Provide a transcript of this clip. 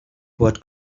what